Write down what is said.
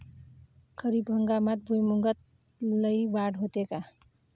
खरीप हंगामात भुईमूगात लई वाढ होते का?